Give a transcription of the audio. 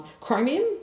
Chromium